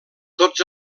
tots